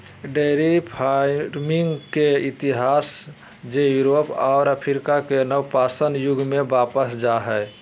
dairy farming के इतिहास जे यूरोप और अफ्रीका के नवपाषाण युग में वापस जा हइ